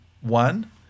one